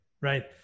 right